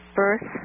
birth